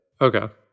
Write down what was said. Okay